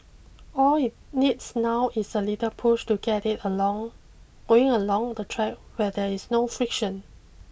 all it needs now is a little push to get it along going along the track where there is no friction